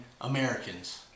Americans